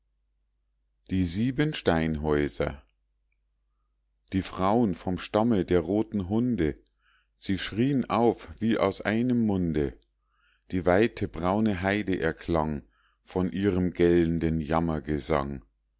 die sieben steinhäuser die frauen vom stamme der roten hunde die schrien auf wie aus einem munde die weite braune heide erklang von ihrem